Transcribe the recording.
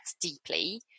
deeply